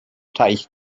teich